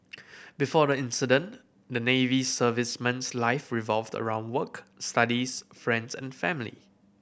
before the incident the Navy serviceman's life revolved around work studies friends and family